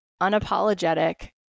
unapologetic